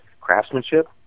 craftsmanship